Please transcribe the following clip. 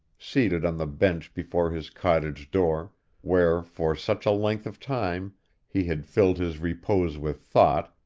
seated on the bench before his cottage-door, where for such a length of time he had filled his repose with thought,